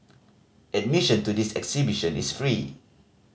admission to this exhibition is free